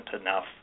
enough